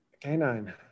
canine